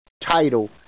title